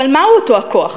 אבל מהו אותו הכוח?